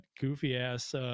goofy-ass